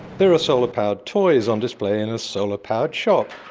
there are solar-powered toys on display in a solar-powered shop.